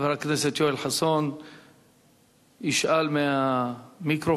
חבר הכנסת יואל חסון ישאל מהמיקרופון.